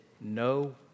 no